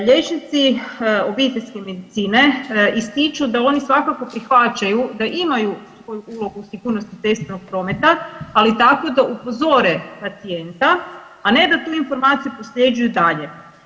Liječnici obiteljske medicine ističu da oni svakako prihvaćaju da imaju svoju ulogu u sigurnosti cestovnog prometa, ali tako da upozore pacijenta, a ne da tu informaciju prosljeđuju dalje.